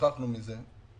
שכחנו את הנושא הזה.